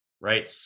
right